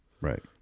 Right